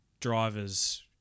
drivers